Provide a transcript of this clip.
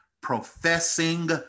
professing